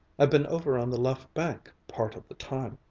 i've been over on the left bank part of the time,